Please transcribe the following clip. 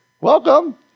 welcome